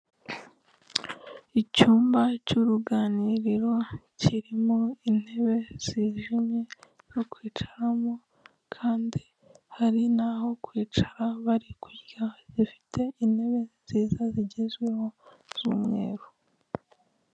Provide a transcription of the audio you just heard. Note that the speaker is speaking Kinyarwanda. Icyumba cy'uruganiriro kirimo intebe zijimye zo kwicamo kandi hari n'aho kwicara bari kurya zifite intebe nziza zigezweho z'umweru.